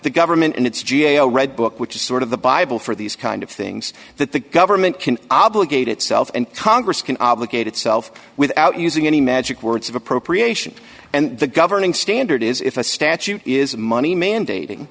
the government and its g a o read book which is sort of the bible for these kind of things that the government can obligate itself and congress can obligate itself without using any magic words of appropriation and the governing standard is if a statute is money mandating